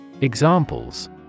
Examples